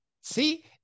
See